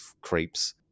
creeps